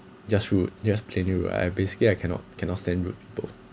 just rude just plainly rude I basically I cannot cannot stand rude people